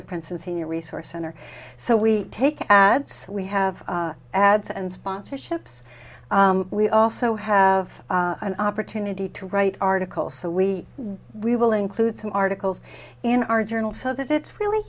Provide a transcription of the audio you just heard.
the princeton senior resource center so we take ads we have ads and sponsorships we also have an opportunity to write articles so we we will include some articles in our journal so that it's really